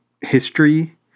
history